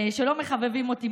שלא מחבבים אותי?